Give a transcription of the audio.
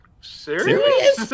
serious